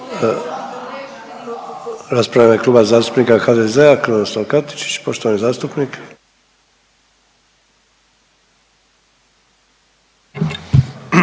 Rasprava u ime Kluba zastupnika HDZ-a, Krunoslav Katičić, poštovani zastupnik.